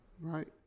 Right